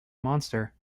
monster